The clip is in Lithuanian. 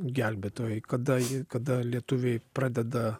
gelbėtojai kada ji kada lietuviai pradeda